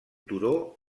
turó